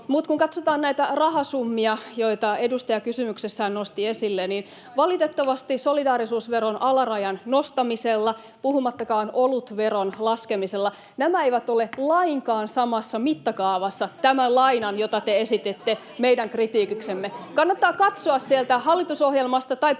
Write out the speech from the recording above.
Mutta kun katsotaan näitä rahasummia, joita edustaja kysymyksessään nosti esille, niin valitettavasti solidaarisuusveron alarajan nostaminen, puhumattakaan olutveron laskemisesta, ei ole lainkaan samassa mittakaavassa tämän lainan kanssa, jota te esitätte meidän kritiikiksemme. [Anne Kalmari: Teitte ne silti! — Välihuutoja